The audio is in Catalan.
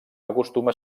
acostuma